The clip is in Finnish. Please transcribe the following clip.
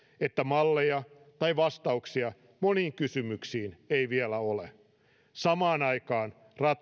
että malleja tai vastauksia moniin kysymyksiin ei vielä ole samaan aikaan ratkaisuja